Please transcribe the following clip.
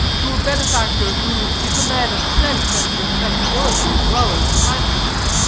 to a benefactor, who, if a man of sense and respectability, as well as kindliness,